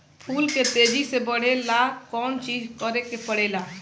फूल के तेजी से बढ़े ला कौन चिज करे के परेला?